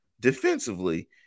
defensively